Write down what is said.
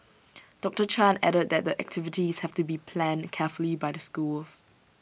doctor chan added that the activities have to be planned carefully by the schools